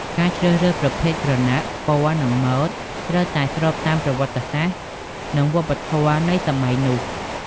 ការជ្រើសរើសប្រភេទក្រណាត់ ពណ៌ និងម៉ូដ ត្រូវតែស្របតាមប្រវត្តិសាស្ត្រ និងវប្បធម៌នៃសម័យនោះ ។